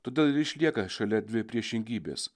todėl ir išlieka šalia dvi priešingybės